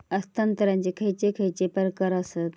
हस्तांतराचे खयचे खयचे प्रकार आसत?